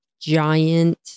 giant